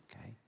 okay